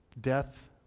Death